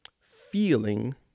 feeling